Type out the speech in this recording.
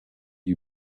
you